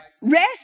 Rest